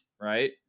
right